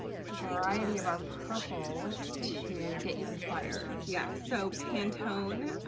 it's a variety of our purples to get you inspired. yeah, so pantone,